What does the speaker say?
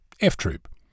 F-Troop